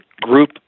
group